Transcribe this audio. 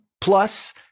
plus